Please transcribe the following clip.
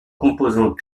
composant